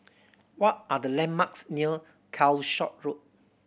what are the landmarks near Calshot Road